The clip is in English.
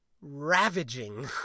ravaging